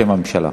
בשם הממשלה.